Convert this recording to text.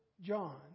John